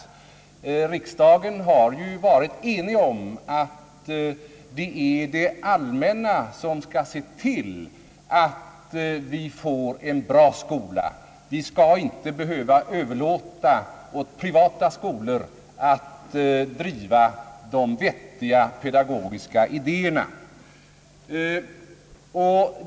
Riksdagen har ju varit enig om att det är det allmänna som skall se till att vi får en bra skola. Vi skall inte behöva överlåta åt privata skolor att driva de vettiga pedagogiska idéerna.